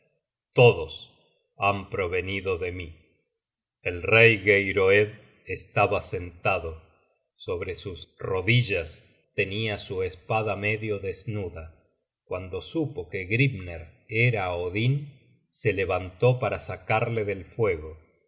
todos han provenido de mí el rey geiroed estaba sentado sobre sus rodillas tenia su espada medio desnuda guando supo que grimner era odin se levantó para sacarle del fuego